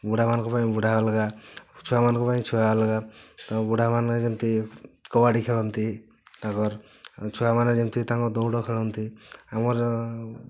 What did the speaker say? ବୁଢ଼ା ମାନଙ୍କ ପାଇଁ ବୁଢ଼ା ଅଲଗା ଛୁଆ ମାନଙ୍କ ପାଇଁ ଛୁଆ ଅଲଗା ତ ବୁଢ଼ା ମାନେ ଯେମିତି କବାଡ଼ି ଖେଳନ୍ତି ତାକର୍ ଛୁଆ ମାନେ ଯେମିତି ତାଙ୍କ ଦୌଡ଼ ଖେଳନ୍ତି ଆମର